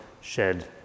shed